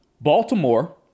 Baltimore